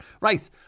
Right